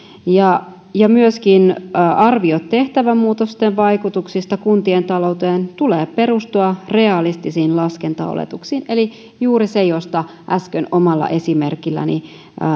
myöskin arvioiden tehtävämuutosten vaikutuksista kuntien talouteen tulee perustua realistisiin laskentaoletuksiin eli juuri se josta äsken omalla esimerkilläni